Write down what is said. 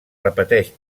repeteix